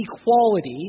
equality